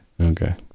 Okay